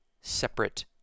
separate